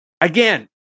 again